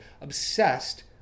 obsessed